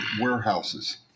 warehouses